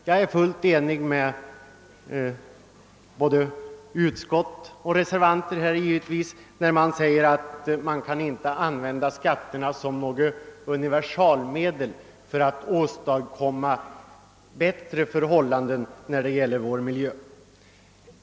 Jag är fullt ense med både utskottsmajoriteten och reservanterna i uttalandet om att man inte kan använda skatterna som något universalmedel för att åstadkomma bättre förhållanden beträffande vår miljö.